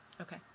Okay